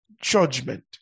judgment